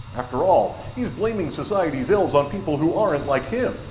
after all, he's blaming society's ills on people who ah weren't like him!